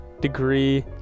degree